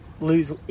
lose